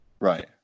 Right